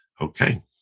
Okay